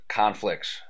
conflicts